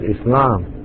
Islam